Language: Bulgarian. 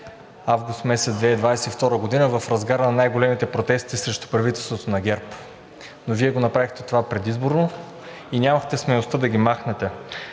август месец 2022 г., в разгара на най-големите протести срещу правителството на ГЕРБ. Но Вие го направихте това предизборно и нямахте смелостта да ги махнете.